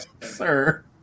Sir